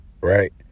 right